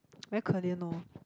very 可怜 lor